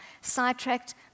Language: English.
sidetracked